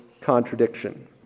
contradiction